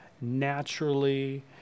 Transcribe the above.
naturally